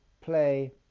Play